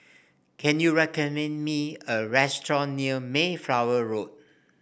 can you recommend me a restaurant near Mayflower Road